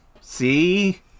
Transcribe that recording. See